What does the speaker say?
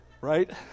right